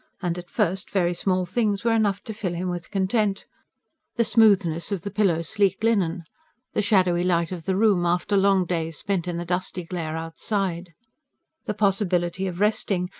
and at first very small things were enough to fill him with content the smoothness of the pillow's sleek linen the shadowy light of the room after long days spent in the dusty glare outside the possibility of resting,